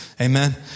Amen